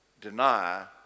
deny